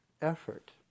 effort